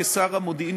כשר המודיעין,